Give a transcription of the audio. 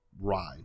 ride